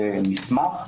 מסמך,